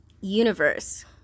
universe